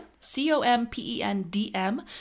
C-O-M-P-E-N-D-M